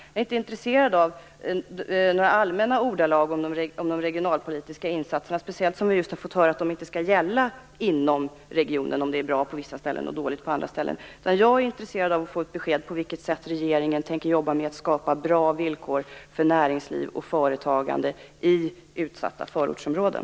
Jag är inte intresserad av några allmänna ordalag om de regionalpolitiska insatserna, speciellt som vi just har fått höra att de inte skall gälla inom regioner om det är bra på vissa ställen och dåligt på andra ställen. Jag är intresserad av att få ett besked om på vilket sätt regeringen tänker jobba med att skapa bra villkor för näringsliv och företagande i utsatta förortsområden.